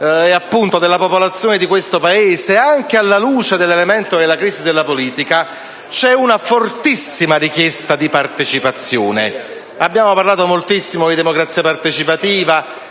generale della popolazione di questo Paese, anche alla luce della crisi della politica, arriva una fortissima richiesta di partecipazione. Si è parlato moltissimo di democrazia partecipativa,